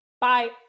bye